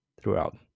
throughout